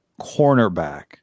cornerback –